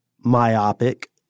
myopic